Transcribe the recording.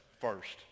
first